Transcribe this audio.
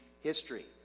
history